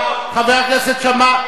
חבר הכנסת שאמה, את מדברת שטויות.